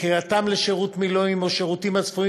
קריאתם לשירות מילואים או שירותם הצפוי